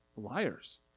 liars